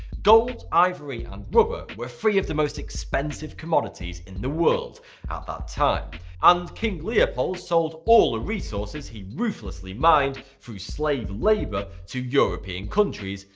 gold, ivory and rubber were three of the most expensive commodities in the world at that time and king leopold sold all the resources he ruthlessly mined through slave-labour, to european countries,